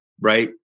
right